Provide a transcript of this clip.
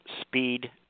speed